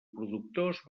productors